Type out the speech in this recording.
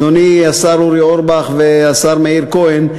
אדוני השר אורי אורבך והשר מאיר כהן,